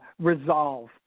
resolve